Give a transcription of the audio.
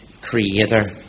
Creator